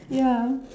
ya